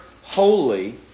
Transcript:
holy